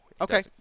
Okay